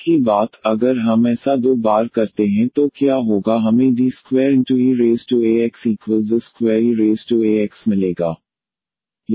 एक ही बात अगर हम ऐसा दो बार करते हैं तो क्या होगा हमें D2eaxa2eax मिलेगा